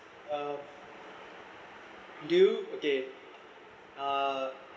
uh do you okay uh